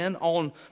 on